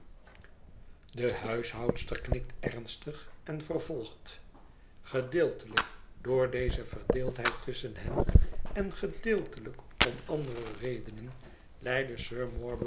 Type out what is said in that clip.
de huishoudster knikt ernstig en vervolgt gedeeltelijk door deze verdeeldheid tusschen hen en gedeeltelijk om andere redenen